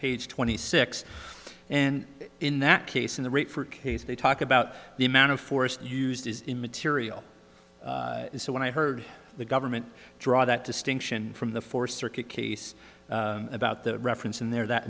page twenty six and in that case in the rate for case they talk about the amount of force used is immaterial so when i heard the government draw that distinction from the fourth circuit case about the reference in there that